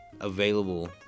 available